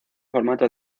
formato